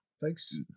Thanks